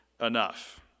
enough